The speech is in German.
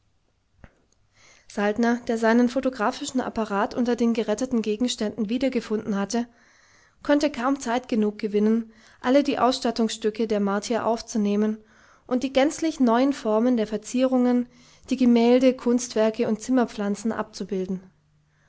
saltner der seinen photographischen apparat unter den geretteten gegenständen wiedergefunden hatte konnte kaum zeit genug gewinnen alle die ausstattungsstücke der martier aufzunehmen und die gänzlich neuen formen der verzierungen die gemälde kunstwerke und zimmerpflanzen abzubilden